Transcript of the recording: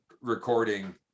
recording